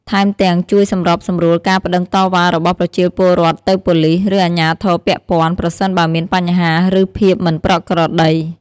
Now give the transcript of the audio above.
ថែមទាំង ជួយសម្របសម្រួលការប្តឹងតវ៉ារបស់ប្រជាពលរដ្ឋទៅប៉ូលីស ឬអាជ្ញាធរពាក់ព័ន្ធ ប្រសិនបើមានបញ្ហា ឬភាពមិនប្រក្រតី។